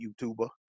YouTuber